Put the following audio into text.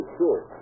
sure